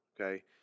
okay